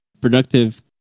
productive